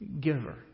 giver